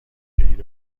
کلید